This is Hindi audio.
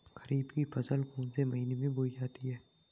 खरीफ की फसल कौन से महीने में बोई जाती है?